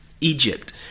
Egypt